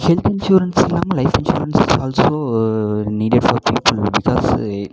health insurance இல்லாமல் life insurance also needed for people because